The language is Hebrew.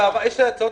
רגע, יש לי הצעות